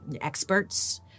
experts